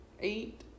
eight